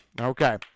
Okay